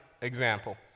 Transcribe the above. example